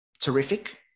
terrific